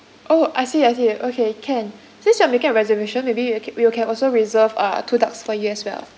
oh I see I see okay can since you are making a reservation maybe y~ we can also reserve uh two ducks for you as well